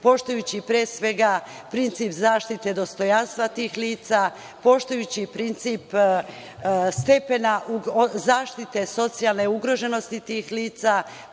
poštujući pre svega princip zaštite dostojanstva tih lica, poštujući princip stepena zaštite socijalne ugroženosti tih lica,